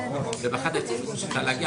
חברות הכנסת הנכבדות שיושבות כאן.